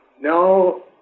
no